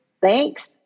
thanks